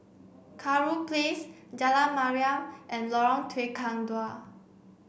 Kurau Place Jalan Mariam and Lorong Tukang Dua